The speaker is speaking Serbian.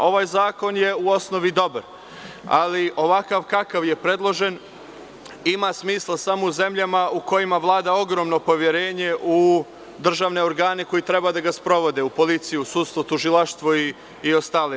Ovaj zakon je u osnovi dobar, ali ovako kako je predložen ima smisla samo u zemljama u kojima vlada ogromno poverenje u državne organe koji treba da ga sprovode, u policiju, u sudstvo, u tužilaštvo i ostale.